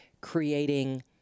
creating